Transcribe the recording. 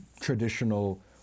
traditional